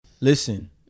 Listen